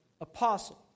apostle